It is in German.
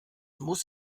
muss